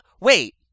Wait